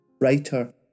writer